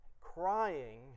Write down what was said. crying